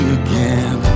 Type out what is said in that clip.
again